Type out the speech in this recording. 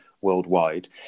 Worldwide